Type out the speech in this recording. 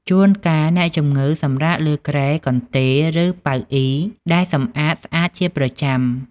ជួនកាល អ្នកជម្ងឺសម្រាកលើគ្រែ កន្ទេល ឬ ប៉ៅអុីដែលសម្អាតស្អាតជាប្រចាំ។